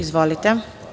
Izvolite.